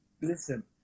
Listen